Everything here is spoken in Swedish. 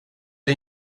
det